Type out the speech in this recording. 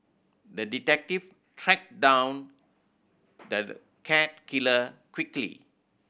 the detective tracked down the cat killer quickly